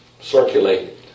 Circulated